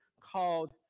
called